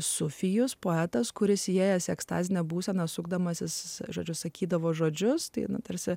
sufijus poetas kuris įėjęs ekstazės būseną sukdamasis žodžiu sakydavo žodžius tai tarsi